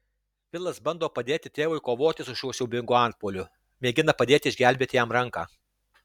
vilas bando padėti tėvui kovoti su šiuo siaubingu antpuoliu mėgina padėti išgelbėti jam ranką